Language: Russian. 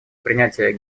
принятие